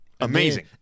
Amazing